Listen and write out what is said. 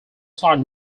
side